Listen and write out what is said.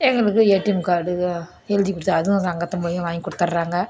எங்களுக்கு ATM card எழுதிக் கொடுத்து அதுவும் சங்கத்து மூலியம் வாங்கிக் கொடுத்தர்றாங்க